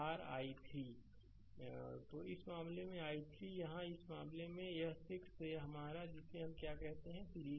slide समय देखें 2919 तो इस मामले में i3 यहाँ इस मामले में यह 6यह हमारा जिसे हम क्या कहते हैं सीरीज में है